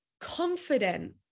confident